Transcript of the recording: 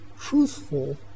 truthful